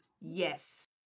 Yes